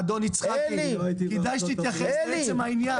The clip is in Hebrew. אדון יצחקי, כדאי שתתייחס לעצם העניין.